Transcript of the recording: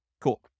Cool